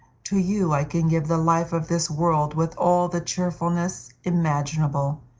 to you i can give the life of this world with all the cheerfulness imaginable,